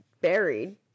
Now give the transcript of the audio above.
buried